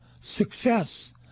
success